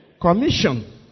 commission